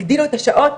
הגדילו את השעות,